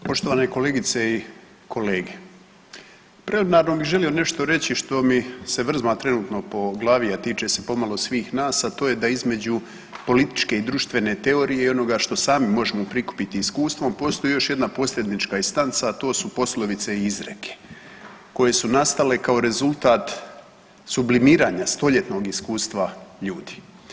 Poštovane kolegice i kolege, preliminarno bi želio nešto reći što mi se vrzma trenutno po glavi, a tiče se pomalo svih nas a to je da između političke i društvene teorije i onoga što sami možemo prikupiti iskustvom postoji još jedna … [[ne razumije se]] instanca, a to su poslovice i izreke koje su nastale kao rezultat sublimiranja stoljetnog iskustva ljudi.